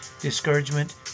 discouragement